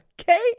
Okay